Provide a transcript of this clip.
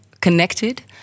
connected